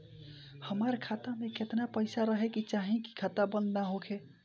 हमार खाता मे केतना पैसा रहे के चाहीं की खाता बंद ना होखे?